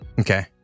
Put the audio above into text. Okay